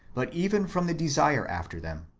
but even from the desire after them.